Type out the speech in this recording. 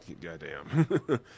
goddamn